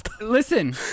Listen